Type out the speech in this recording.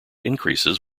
increases